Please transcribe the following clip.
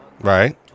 Right